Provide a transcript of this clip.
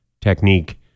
technique